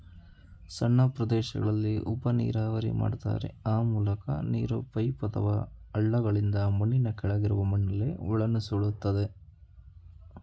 ಸಣ್ಣ ಪ್ರದೇಶಗಳಲ್ಲಿ ಉಪನೀರಾವರಿ ಮಾಡ್ತಾರೆ ಆ ಮೂಲಕ ನೀರು ಪೈಪ್ ಅಥವಾ ಹಳ್ಳಗಳಿಂದ ಮಣ್ಣಿನ ಕೆಳಗಿರುವ ಮಣ್ಣಲ್ಲಿ ಒಳನುಸುಳ್ತದೆ